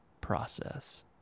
process